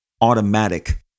automatic